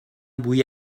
بوی